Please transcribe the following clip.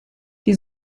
die